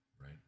right